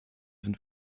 sind